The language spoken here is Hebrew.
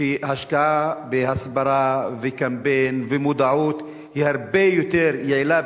שהשקעה בהסברה וקמפיין ומודעות היא הרבה יותר יעילה